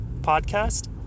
podcast